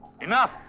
Enough